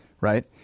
right